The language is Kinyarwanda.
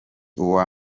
uwa